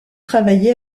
travaillé